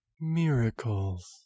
Miracles